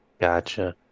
gotcha